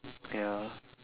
ya